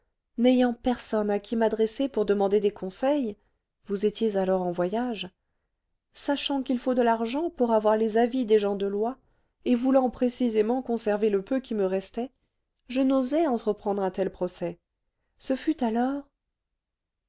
n'ayant personne à qui m'adresser pour demander des conseils vous étiez alors en voyage sachant qu'il faut de l'argent pour avoir les avis des gens de loi et voulant précisément conserver le peu qui me restait je n'osai entreprendre un tel procès ce fut alors